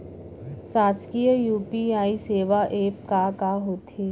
शासकीय यू.पी.आई सेवा एप का का होथे?